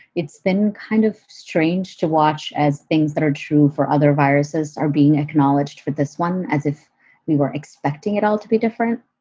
it's been kind of strange to watch as things that are true for other viruses are being acknowledged for this one, as if we were expecting it all to be different